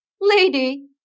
lady